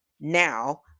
Now